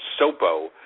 Sopo